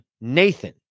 Nathan